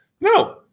No